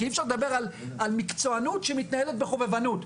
כי אי אפשר לדבר על מקצוענות שמנוהלת בחובבנות.